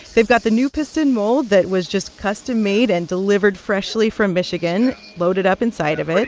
they've got the new piston mold that was just custom-made and delivered freshly from michigan loaded up inside of it.